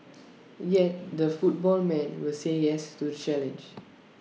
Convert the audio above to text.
yet the football man will say yes to the challenge